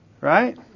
right